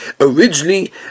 Originally